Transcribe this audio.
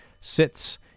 sits